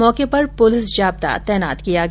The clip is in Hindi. मौके पर पुलिस जाब्ता तैनात किया गया